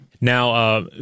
now